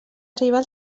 arribar